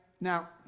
Now